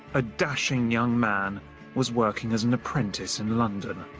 a dashing young man was working as an apprentice in london.